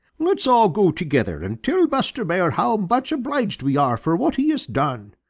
let's all go together and tell buster bear how much obliged we are for what he has done,